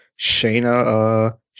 Shayna